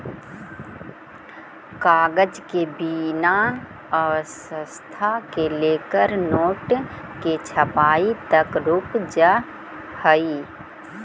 कागज के बिना अर्थव्यवस्था से लेकर नोट के छपाई तक रुक जा हई